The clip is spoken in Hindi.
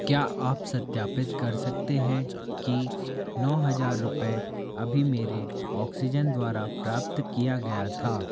क्या आप सत्यापित कर सकते हैं कि नौ हज़ार रुपये अभी मेरे ऑक्सीजन द्वारा प्राप्त किया गया था